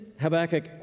Habakkuk